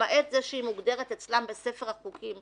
למעט זה שהיא מוגדרת אצלם בספר החוקים